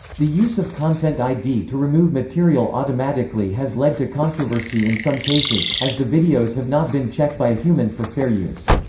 the use of content id to remove material automatically has led to controversy in some cases, as the videos have not been checked by a human for fair use.